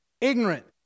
ignorant